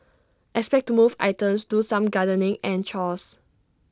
expect to move items do some gardening and chores